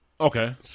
Okay